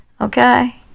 Okay